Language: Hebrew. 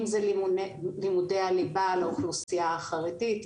אם זה לימודי הליבה לאוכלוסייה החרדית,